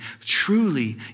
truly